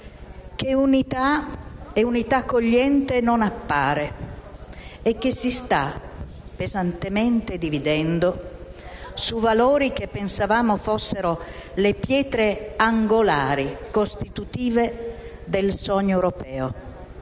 una comunità accogliente e che si sta pesantemente dividendo su valori che pensavamo fossero le pietre angolari e costitutive del sogno europeo.